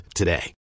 today